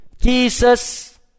Jesus